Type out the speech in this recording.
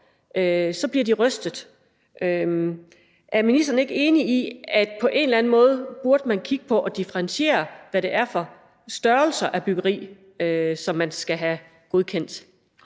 så bliver de rystet. Er ministeren ikke enig i, at man på en eller anden måde burde differentiere, i forhold til hvad det er for størrelser af byggeri, som man skal have godkendt?